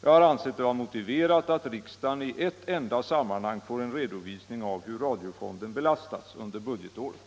Jag har ansett det vara motiverat att riksdagen i ett enda sammanhang får en redovisning av hur radiofonden belastas under budgetåret.